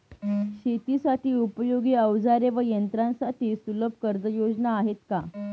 शेतीसाठी उपयोगी औजारे व यंत्रासाठी सुलभ कर्जयोजना आहेत का?